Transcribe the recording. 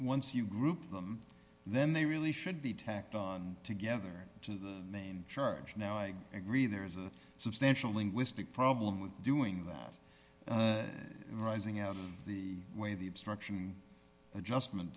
once you group them then they really should be tacked on together to main charge now i agree there is a substantial linguistic problem with doing that arising out of the way the obstruction adjustment